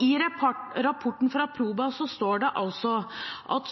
I rapporten fra Proba står det altså: